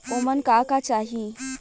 ओमन का का चाही?